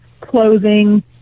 clothing